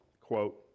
quote